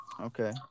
Okay